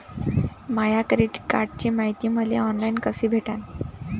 माया credit कार्डची मायती मले ऑनलाईन कसी भेटन?